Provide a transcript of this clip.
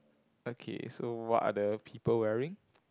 okay so what are the people wearing